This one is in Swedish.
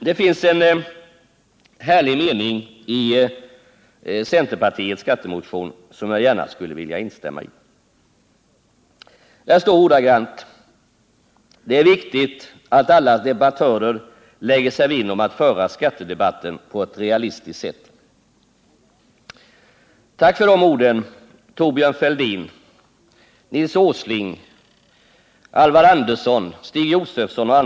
Det finns en härlig mening i centerpartiets skattemotion som jag gärna skulle vilja instämma i. Där står ordagrant: ”Det är viktigt att alla debattörer lägger sig vinn om att föra skattedebatten på ett realistiskt sätt.” Tack för de orden, Thorbjörn Fälldin, Nils Åsling, Alvar Andersson, Stig Josefson!